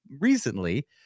recently